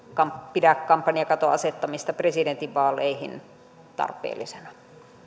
pidä kampanjakaton asettamista presidentinvaaleihin tarpeellisena